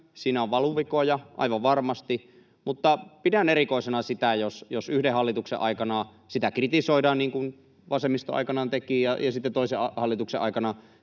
siinä on valuvikoja aivan varmasti, mutta pidän erikoisena sitä, jos yhden hallituksen aikana sitä kritisoidaan niin kuin vasemmisto aikanaan teki, ja sitten toisen hallituksen aikana